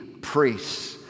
priests